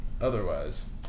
otherwise